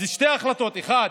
אז יש שתי החלטות: האחת,